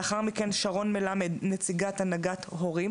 לאחר מכן שרון מלמד נציגת הנהגת הורים